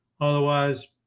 Otherwise